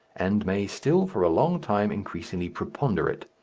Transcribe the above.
and may still for a long time increasingly preponderate.